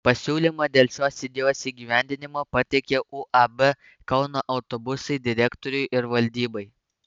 pasiūlymą dėl šios idėjos įgyvendinimo pateikiau uab kauno autobusai direktoriui ir valdybai